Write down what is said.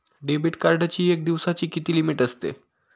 Debit कार्डची एका दिवसाची किती लिमिट असते?